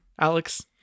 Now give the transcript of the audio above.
Alex